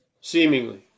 seemingly